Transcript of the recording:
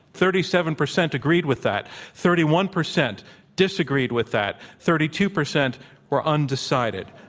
thirty seven percent agreed with that, thirty one percent disagreed with that, thirty two percent were undecided.